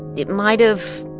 it might have,